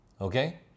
Okay